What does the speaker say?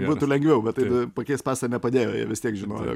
būtų lengviau bet tai pakeist pasą nepadėjo jie vis tiek žinojo